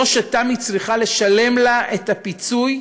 זו שתמי צריכה לשלם לה את הפיצוי,